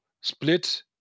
split